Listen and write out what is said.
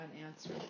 unanswered